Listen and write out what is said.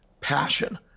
passion